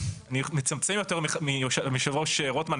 אני מצמצם יותר מהיושב-ראש רוטמן,